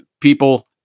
people